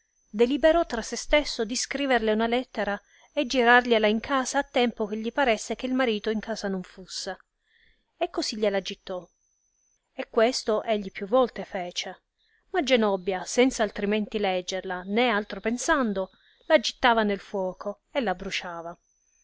deliberò tra se stesso di scriverle una lettera e girargliela in casa a tempo che gli paresse che il marito in casa non fusse e così gliela gittò e questo egli più volte fece ma genobbia senza altrimenti leggerla né altro pensando la gittava nel fuoco e l abbrusciava